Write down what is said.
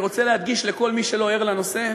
אני רוצה להדגיש, לכל מי שלא ער לנושא: